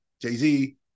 Jay-Z